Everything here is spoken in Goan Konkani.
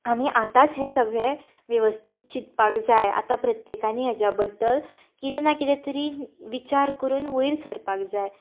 आमी आतांच हें सगळें वेवस्थीत चिंतपाक जाय आतां प्रत्येकांनी हेच्या बद्दल कितें ना कितें तरी विचार करून वयर सरपाक जाय